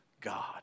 God